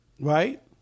Right